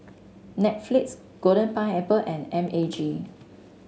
Netflix Golden Pineapple and M A G